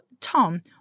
Tom